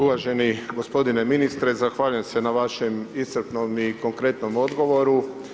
Uvaženi gospodine ministre, zahvaljujem se na vašem iscrpnom i konkretnom odgovoru.